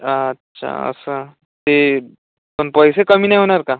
अच्छा असं ते पण पैसे कमी नाही होणार का